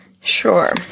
Sure